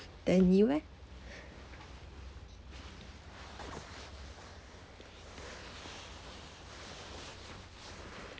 then you eh